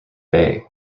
bay